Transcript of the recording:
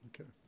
okay